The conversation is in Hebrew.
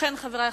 בבקשה.